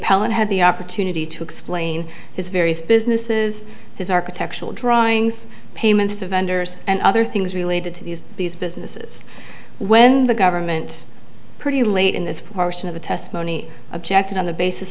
appellant had the opportunity to explain his various businesses his architectural drawings payments to vendors and other things related to these these businesses when the government pretty late in this portion of the testimony objected on the basis